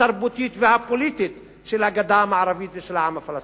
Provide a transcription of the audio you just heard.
התרבותית והפוליטית של הגדה המערבית ושל העם הפלסטיני.